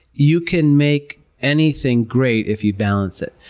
you can make anything great if you balance it.